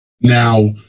Now